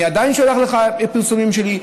אני עדיין שולח לך פרסומים שלי,